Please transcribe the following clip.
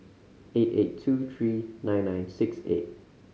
eight eight two three nine nine six eight